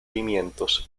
pimientos